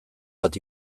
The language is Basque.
bat